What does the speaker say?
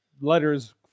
letters